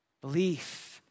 Belief